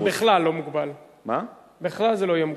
בכלל זה לא יהיה מוגבל,